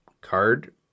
card